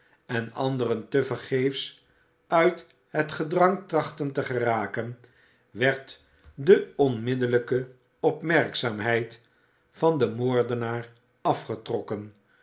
en anderen tevergeefs uit het gedrang trachten te geraken werd de onmiddellijke opmerkzaamheid van den moordenaar afgetrokken